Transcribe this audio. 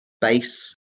base